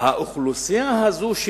האוכלוסייה הזאת,